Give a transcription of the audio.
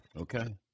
Okay